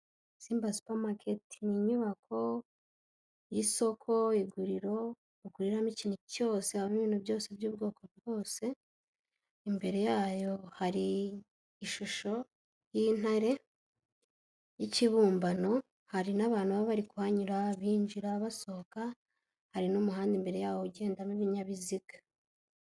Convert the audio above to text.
Simba supamaketi ni inyubako y'isoko, iguriro baguriramo ikintu cyose, habamo ibintu byose by'ubwoko bwose, imbere yayo hari ishusho y'intare y'ikibumbano, hari n'abantu baba bari kuhanyura binjira basohoka, hari n'umuhanda imbere yaho ugendamo ibinyabiziga.